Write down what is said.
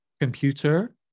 computer